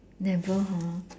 never hor